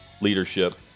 leadership